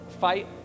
fight